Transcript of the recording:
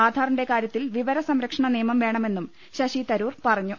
ആധാറിന്റെ കാര്യത്തിൽ വിവര സംരക്ഷണ നിയമം വേണമെന്നും ശശി തരൂർ പറഞ്ഞു